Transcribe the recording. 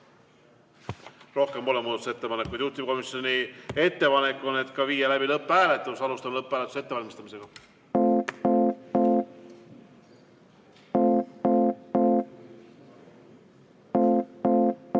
Rohkem pole muudatusettepanekuid. Juhtivkomisjoni ettepanek on viia läbi lõpphääletus. Alustame lõpphääletuse ettevalmistamist. Panen